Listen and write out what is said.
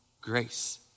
grace